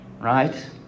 right